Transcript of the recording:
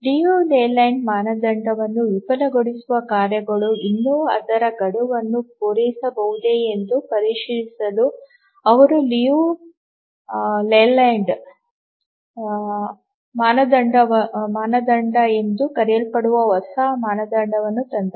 Liu Layland ಮಾನದಂಡವನ್ನು ವಿಫಲಗೊಳಿಸುವ ಕಾರ್ಯಗಳು ಇನ್ನೂ ಅದರ ಗಡುವನ್ನು ಪೂರೈಸಬಹುದೇ ಎಂದು ಪರಿಶೀಲಿಸಲು ಅವರು ಲಿಯು ಲೆಹೋಜ್ಕಿ ಮಾನದಂಡ ಎಂದು ಕರೆಯಲ್ಪಡುವ ಹೊಸ ಮಾನದಂಡವನ್ನು ತಂದರು